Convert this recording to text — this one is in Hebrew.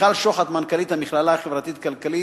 מיכל שוחט, מנכ"לית, המכללה החברתית-כלכלית,